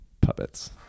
puppets